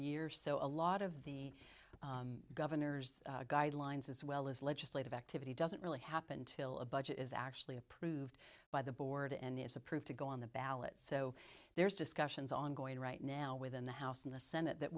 year so a lot of the governors guidelines as well as legislative activity doesn't really happen till a budget is actually approved by the board and is approved to go on the ballot so there's discussions ongoing right now within the house in the senate that